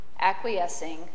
acquiescing